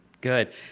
Good